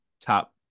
top